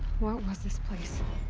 what was this place?